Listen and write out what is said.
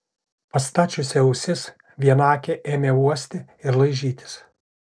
pastačiusi ausis vienakė ėmė uosti ir laižytis